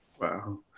Wow